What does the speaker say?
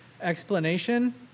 explanation